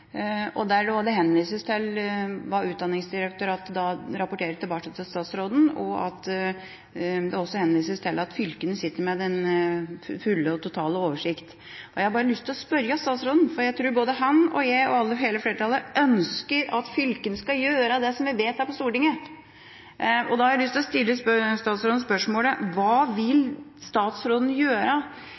Det er det jeg synes virker som det mest kompliserte. Jeg har stilt noen spørsmål til statsråden skriftlig før debatten bl.a., og det henvises til hva Utdanningsdirektoratet rapporterer tilbake igjen til statsråden, og også til at fylkene sitter med den fulle oversikten. Jeg tror både statsråden og jeg og hele flertallet ønsker at fylkene skal gjøre det som vi vedtar på Stortinget, og da har jeg lyst til å stille statsråden spørsmålet: Hva vil statsråden